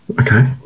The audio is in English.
okay